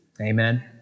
Amen